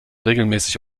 regelmäßig